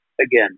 again